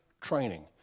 training